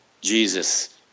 Jesus